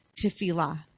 tefillah